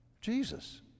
Jesus